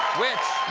which